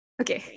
okay